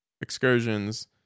excursions